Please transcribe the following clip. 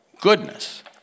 goodness